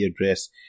address